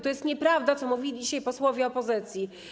To jest nieprawda, co mówili dzisiaj posłowie opozycji.